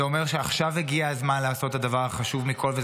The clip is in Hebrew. זה אומר שעכשיו הגיע הזמן לעשות את הדבר החשוב מכול,